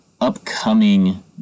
upcoming